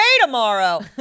tomorrow